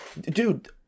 dude